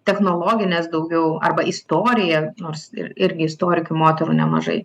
technologinės daugiau arba istorija nors ir irgi istorikių moterų nemažai